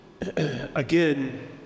again